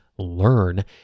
learn